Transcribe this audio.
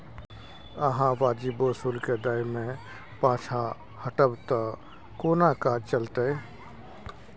अहाँ वाजिबो शुल्क दै मे पाँछा हटब त कोना काज चलतै